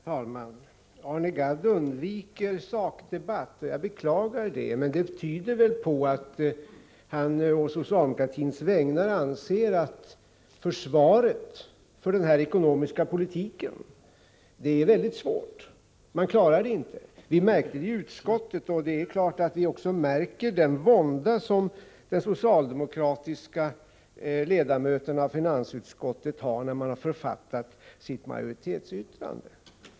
Herr talman! Arne Gadd undviker sakdebatt. Jag beklagar det. Men det tyder väl på att han anser att det är svårt att försvara regeringens ekonomiska politik. Man klarar det inte. Vi märkte det i utskottet, och det är klart att vi också märker den vånda som de socialdemokratiska ledamöterna i finansutskottet haft när de har författat sitt majoritetsyttrande.